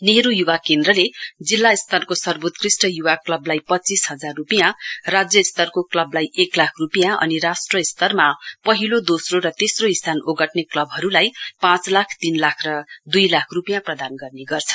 नेहरू युवा केन्द्रले जिस्ता स्तरको सर्वोत्कृष्ट युवा क्लबलाई पञ्चीस हजार रुपियाँ राज्य स्तरको क्लबलाई एक लाख रुपियाँ अनि राष्ट्र स्तरमा पहिलो दोस्रो र तेस्रो स्थान ओगट्ने क्लबहरूलाई पाँच लाख तीन लाख र दुई लाख रुपियाँ प्रदान गर्ने गर्छ